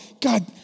God